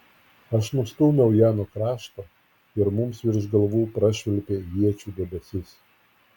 aš nustūmiau ją nuo krašto ir mums virš galvų prašvilpė iečių debesis